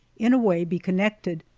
in a way, be connected,